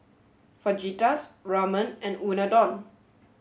Fajitas Ramen and Unadon